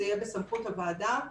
זה יהיה בסמכות הוועדה.